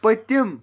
پٔتِم